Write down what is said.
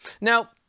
Now